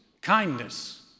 kindness